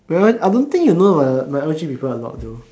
well I don't think you know my my o_g people a lot though